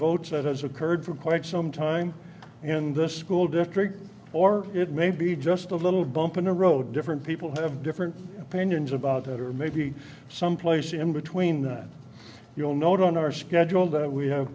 votes that has occurred for quite some time in the school district or it may be just a little bump in a row different people have different opinions about it or maybe someplace in between that you'll note on our schedule that we have